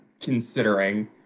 considering